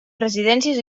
residències